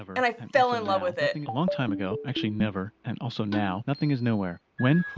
and i fell in love with it. and a long time ago, actually never, and also now, nothing is nowhere. when?